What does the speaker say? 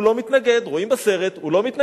הוא לא מתנגד, רואים בסרט, הוא לא מתנגד.